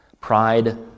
Pride